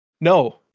No